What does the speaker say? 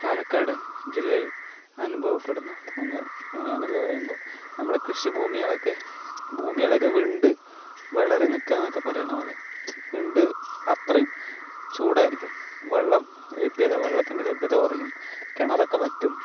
പാലക്കാട് ജില്ലയിൽ അനുഭവപ്പെടുന്ന ഒന്ന് വേനൽ പറയുമ്പോൾ നമ്മുടെ കൃഷി ഭൂമികളൊക്കെ ഭൂമികളൊക്കെ വിണ്ട് വിളറി നിൽക്കുക എന്നൊക്കെ പറയുന്ന പോലെ വിണ്ട് അത്രയും ചൂടായിരിക്കും വെള്ളം ലഭ്യത വെള്ളത്തിൻ്റെ ലഭ്യത കുറയും കിണറൊക്കെ വറ്റും